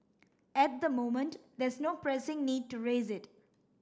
at the moment there's no pressing need to raise it